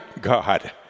God